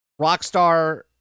Rockstar